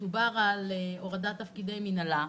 דובר על הורדת תפקידי מינהלה.